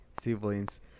siblings